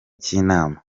cy’inama